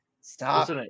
stop